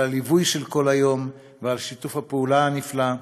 על הליווי של כל היום ועל שיתוף הפעולה הנפלא,